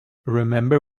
remember